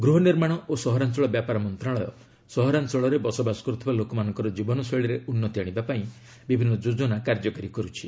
ଗୃହ ନିର୍ମାଣ ଓ ସହରାଞ୍ଚଳ ବ୍ୟାପାର ମନ୍ତ୍ରଣାଳୟ ସହରାଞ୍ଚଳରେ ବସବାସ କରୁଥିବା ଲୋକମାନଙ୍କ ଜୀବନଶୈଳୀରେ ଉନ୍ନତି ଆଣିବା ପାଇଁ ବିଭିନ୍ନ ଯୋଜନା କାର୍ଯ୍ୟକାରି କରୁଛି